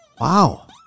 Wow